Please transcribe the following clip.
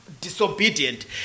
disobedient